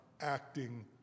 acting